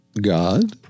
God